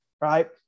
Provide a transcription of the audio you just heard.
Right